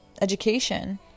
education